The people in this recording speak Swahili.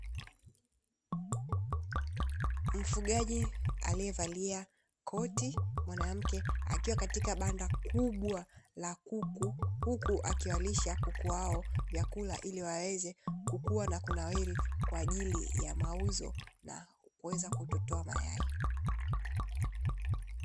Mfugaji aliyevalia koti, mwanamke akiwa katika banda kubwa la kuku, huku akiwalisha kuku hao vyakula, ili waweze kukua na kunawiri kwa ajili ya mauzo, na kuweza kutotoa mayai.